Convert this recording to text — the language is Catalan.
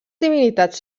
divinitats